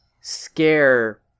scare